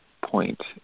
point